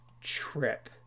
trip